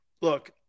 look